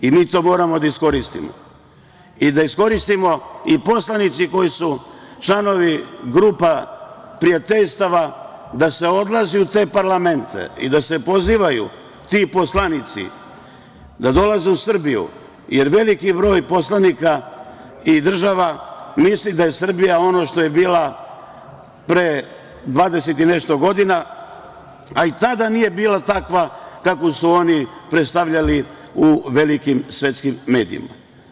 Mi to moramo da iskoristimo, i da iskoristimo i poslanici koji su članovi grupa prijateljstava, da se odlazi u te parlamente i da se pozivaju ti poslanici da dolaze u Srbiji, jer veliki broj poslanika i država misli da je Srbija ono što je bila pre 20 i nešto godina, a i tada nije bila takva kakvu su oni predstavljali u velikim svetskim medijima.